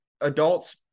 Adults